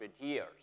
years